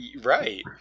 Right